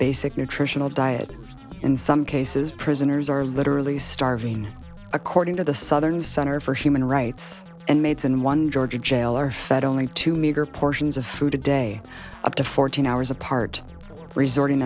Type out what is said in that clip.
basic nutritional diet in some cases prisoners are literally starving according to the southern center for human rights and maids in one georgia jail are fed only two meager portions of food a day up to fourteen hours apart resorting